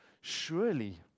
surely